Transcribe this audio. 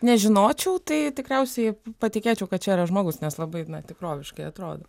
nežinočiau tai tikriausiai patikėčiau kad čia yra žmogus nes labai tikroviškai atrodo